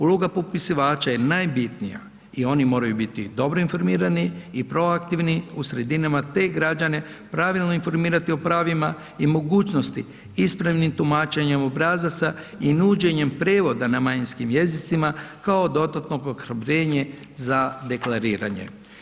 Uloga popisivača je najbitnija i oni moraju biti dobro informirani i proaktivni u sredinama, te građane pravilno informirati o pravima i mogućnosti ispravnim tumačenjem obrazaca i nuđenjem prevoda na manjinskim jezicima kao dodatno ohrabrenje za deklariranje.